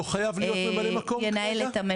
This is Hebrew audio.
לא חייב להיות ממלא מקום כרגע?